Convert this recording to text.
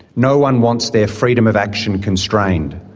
no-one wants their freedom of action constrained.